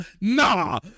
Nah